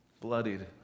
bloodied